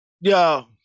Yo